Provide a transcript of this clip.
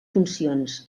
funcions